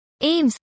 AIMS